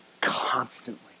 constantly